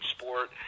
sport